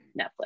Netflix